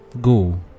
Go